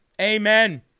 Amen